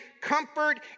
comfort